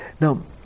Now